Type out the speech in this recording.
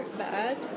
bad